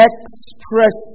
Express